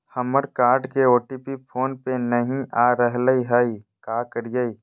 हमर कार्ड के OTP phone पे नई आ रहलई हई, का करयई?